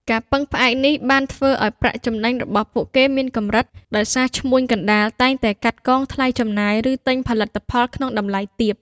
ការពឹងផ្អែកនេះបានធ្វើឲ្យ ប្រាក់ចំណេញរបស់ពួកគេមានកម្រិត ដោយសារឈ្មួញកណ្ដាលតែងតែកាត់កងថ្លៃចំណាយ ឬទិញផលិតផលក្នុងតម្លៃទាប។